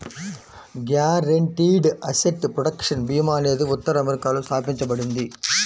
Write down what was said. guaranteed asset protection భీమా అనేది ఉత్తర అమెరికాలో స్థాపించబడింది